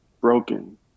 broken